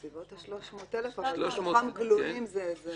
בסביבות 300,000, אבל מתוכם גלויים זה מחצית בערך.